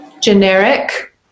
generic